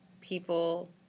people